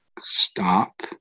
stop